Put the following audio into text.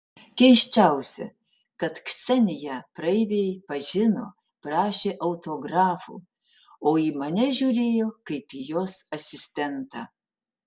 keisčiausia kad kseniją praeiviai pažino prašė autografo o į mane žiūrėjo kaip į jos asistentą